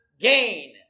gain